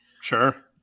Sure